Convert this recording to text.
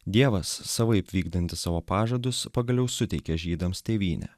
dievas savaip vykdantis savo pažadus pagaliau suteikė žydams tėvynę